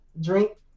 drink